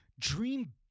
Dream